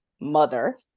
mother